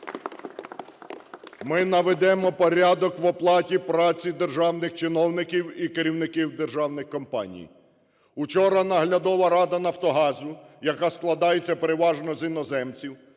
Ми наведемо порядок в оплаті праці державних чиновників і керівників державних компаній. Учора наглядова рада "Нафтогазу", яка складається переважно з іноземців